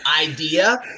idea